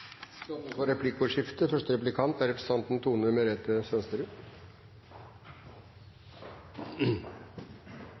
Det åpnes for replikkordskifte.